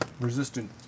Resistant